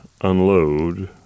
unload